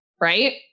Right